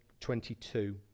22